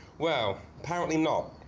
well apparently not